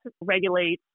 regulate